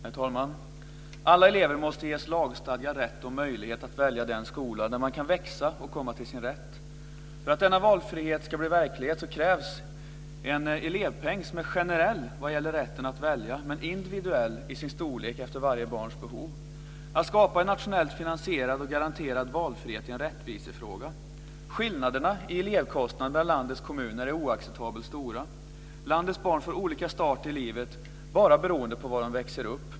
Herr talman! Alla elever måste ges lagstadgad rätt och möjlighet att välja den skola där man kan växa och komma till sin rätt. För att denna valfrihet ska bli verklighet krävs en elevpeng som är generell vad gäller rätten att välja men individuell i sin storlek efter varje barns behov. Att skapa en nationellt finansierad och garanterad valfrihet är en rättvisefråga. Skillnaderna i elevkostnad mellan landets kommuner är oacceptabelt stora. Landets barn får olika start i livet beroende på var de växer upp.